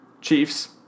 Chiefs